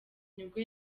nibwo